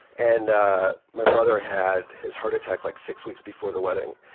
and ah my brother had his heart attack like six weeks before the wedding,